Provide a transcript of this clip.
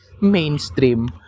mainstream